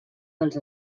dels